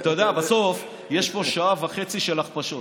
אתה יודע, בסוף יש פה שעה וחצי של הכפשות.